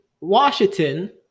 Washington